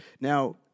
Now